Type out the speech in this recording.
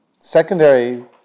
secondary